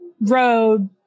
road